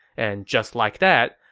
and just like that,